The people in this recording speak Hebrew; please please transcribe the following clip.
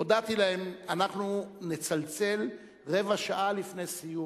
הודעתי להם, אנחנו נצלצל רבע שעה לפני סיום.